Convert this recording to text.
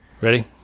Ready